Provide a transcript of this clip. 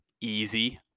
Easy